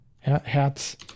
Herz